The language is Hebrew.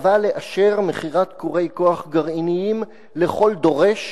ותבע לאשר מכירת כורי כוח גרעיניים לכל דורש